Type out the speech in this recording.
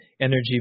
energy